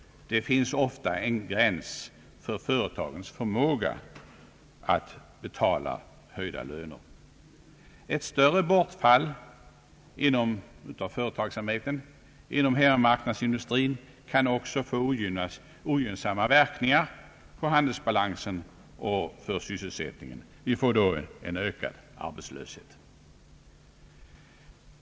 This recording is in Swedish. Det finns ofta en gräns för företagens förmåga att betala höjda löner. Ett större bortfall av företagsamhet inom hemmamarknadsindustrin kan också få ogynnsamma verkningar för sysselsättningen. Vi får då ökad arbetslöshet.